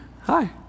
Hi